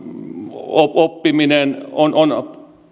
oppiminen on on